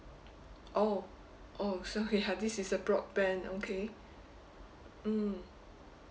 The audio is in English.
oh oh so ya this is a broadband okay mm